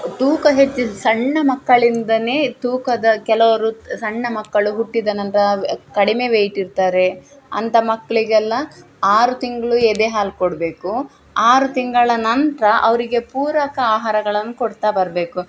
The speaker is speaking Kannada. ತೂಕ ಹೆಚ್ಚಿದ್ದು ಸಣ್ಣ ಮಕ್ಕಳಿಂದನೇ ತೂಕದ ಕೆಲವರು ಸಣ್ಣ ಮಕ್ಕಳು ಹುಟ್ಟಿದ ನಂತರ ಕಡಿಮೆ ವೇಯ್ಟ್ ಇರ್ತಾರೆ ಅಂತ ಮಕ್ಕಳಿಗೆಲ್ಲ ಆರು ತಿಂಗಳು ಎದೆ ಹಾಲು ಕೊಡಬೇಕು ಆರು ತಿಂಗಳ ನಂತರ ಅವರಿಗೆ ಪೂರಕ ಆಹಾರಗಳನ್ನು ಕೊಡ್ತಾ ಬರಬೇಕು